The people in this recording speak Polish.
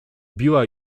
biła